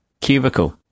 cubicle